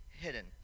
hidden